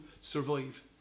survive